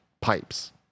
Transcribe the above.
pipes